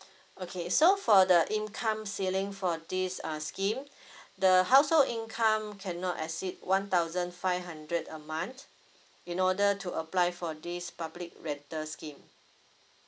okay so for the income ceiling for this uh scheme the household income cannot exceed one thousand five hundred a month in order to apply for this public rental scheme